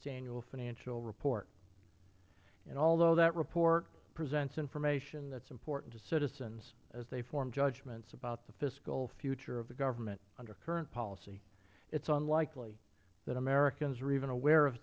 annual financial report and although that report presents information that is important to citizens as they form judgments about the fiscal future of the government under current policy it is unlikely that americans are even aware of